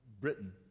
Britain